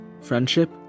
friendship